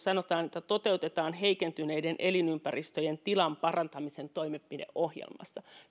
sanotaan että toteutetaan heikentyneiden elinympäristöjen tilan parantamisen toimenpideohjelma